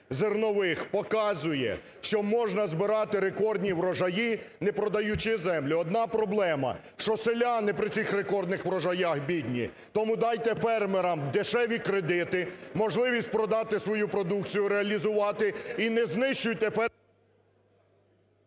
зернових показує, що можна збирати рекордні врожаї, не продаючи землю. Одна проблема, що селяни при цих рекордних врожаях бідні. Тому дайте фермерам дешеві кредити, можливість продати свою продукцію, реалізувати, і не знищуйте…